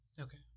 Okay